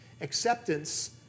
acceptance